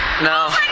No